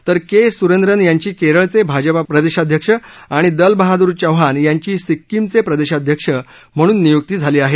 तर के सुरेंद्रन यांची केरळचे भाजपा प्रदेशाध्यक्ष आणि दल बहादूर चौहान यांची सिक्किमचे प्रदेशाध्यक्ष म्हणून नियुक्ती झाली आहे